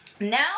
Now